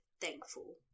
thankful